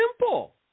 simple